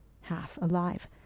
half-alive